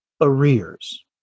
arrears